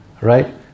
right